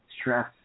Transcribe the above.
stress